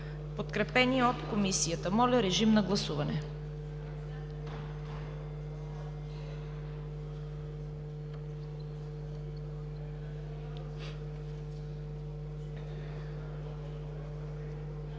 подкрепени от Комисията. Режим на гласуване.